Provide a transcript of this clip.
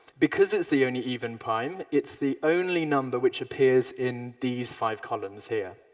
because it's the only even prime, it's the only number which appears in these five columns here.